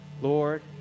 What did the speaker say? Lord